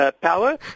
power